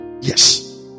Yes